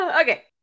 Okay